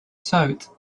sewed